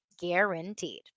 guaranteed